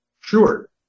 Sure